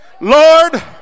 Lord